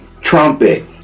trumpet